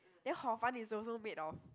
then hor fun is also made of